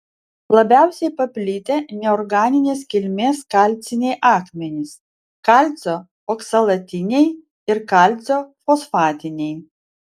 labiausiai paplitę neorganinės kilmės kalciniai akmenys kalcio oksalatiniai ir kalcio fosfatiniai